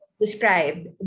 described